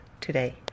today